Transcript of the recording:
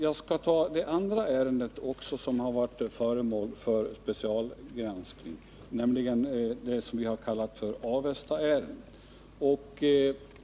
Jag skall också beröra det andra ärende som varit föremål för specialgranskning, nämligen det som vi har kallat Avestaärendet.